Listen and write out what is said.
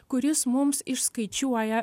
kuris mums išskaičiuoja